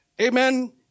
amen